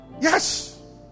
Yes